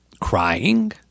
crying